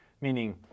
meaning